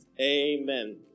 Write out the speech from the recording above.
Amen